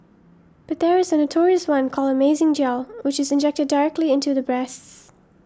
but there is a notorious one called Amazing Gel which is injected directly into the breasts